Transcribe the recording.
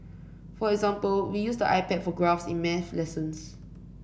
for example we use the iPad for graphs in maths lessons